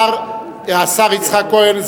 השר יצחק כהן,